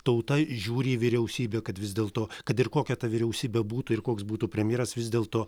tauta žiūri į vyriausybę kad vis dėl to kad ir kokia ta vyriausybė būtų ir koks būtų premjeras vis dėl to